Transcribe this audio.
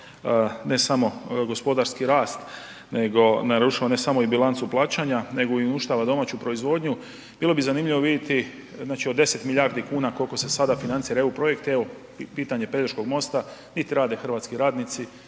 ne samo gospodarski rast nego narušava ne samo i bilancu plaćanja nego i uništava domaću proizvodnju. Bilo bi zanimljivo vidjeti od 10 milijardi kuna koliko se sada financira EU projekt i evo pitanje Pelješkog mosta, nit rade hrvatski radnici,